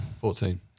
Fourteen